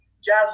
Jazz